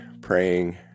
praying